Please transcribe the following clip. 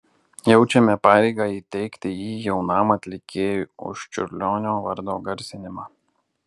jaučiame pareigą įteikti jį jaunam atlikėjui už čiurlionio vardo garsinimą